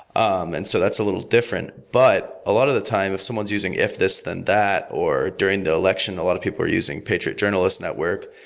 um and so that's a little different. but a lot of the times, if someone is using if, this, then, that, or during the election, a lot of people are using patriot journalist network,